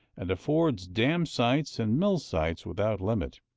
and affords dam-sites and mill-sites without limit.